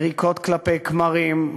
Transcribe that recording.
יריקות כלפי כמרים,